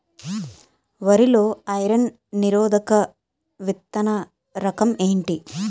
వరి లో ఐరన్ నిరోధక విత్తన రకం ఏంటి?